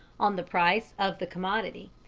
on the price of the commodity.